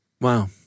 Wow